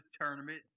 tournament